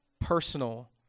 personal